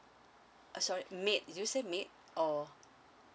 uh sorry maid do you say maid or